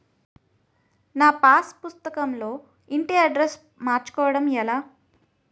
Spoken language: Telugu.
నా పాస్ పుస్తకం లో ఇంటి అడ్రెస్స్ మార్చుకోవటం ఎలా?